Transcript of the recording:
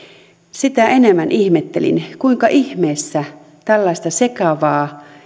sitä enemmän ihmettelin kuinka ihmeessä tällaista sekavaa